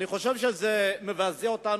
אני חושב שזה מבזה אותנו,